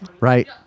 Right